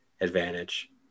advantage